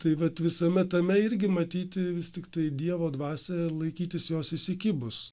tai vat visame tame irgi matyti vis tiktai dievo dvasią ir laikytis jos įsikibus